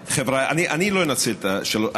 חבריא, אני לא אנצל את שלוש הדקות.